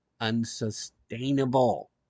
unsustainable